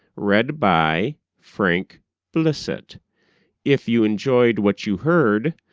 read by frank blissett if you enjoyed what you heard,